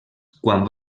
quan